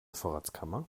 vorratskammer